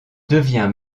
devient